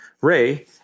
Ray